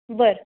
बरं